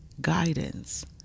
guidance